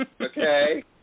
okay